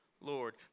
Lord